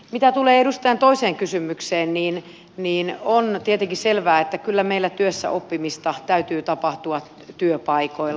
mitä tulee edustajan toiseen kysymykseen niin on tietenkin selvää että kyllä meillä työssäoppimista täytyy tapahtua työpaikoilla myös